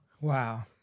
wow